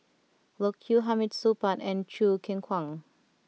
Loke Yew Hamid Supaat and Choo Keng Kwang